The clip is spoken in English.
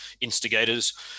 instigators